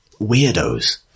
weirdos